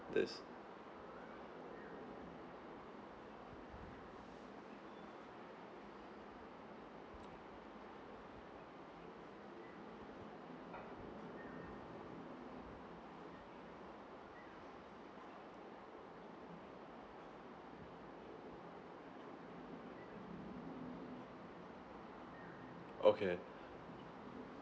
this okay